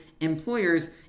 employers